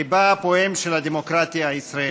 ליבה הפועם של הדמוקרטיה הישראלית.